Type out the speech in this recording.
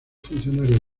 funcionarios